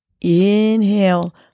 inhale